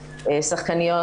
שחקניות,